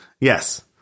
Yes